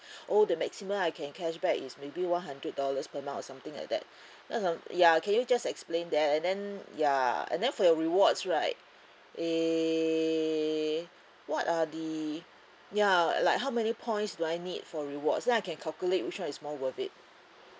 oh the maximum I can cashback is maybe one hundred dollars per month or something like that ya can you just explain that and then ya and then for your rewards right eh what are the ya like how many points do I need for rewards then I can calculate which one is more worth it